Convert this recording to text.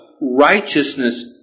righteousness